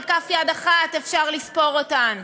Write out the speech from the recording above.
על כף יד אחת אפשר לספור אותן.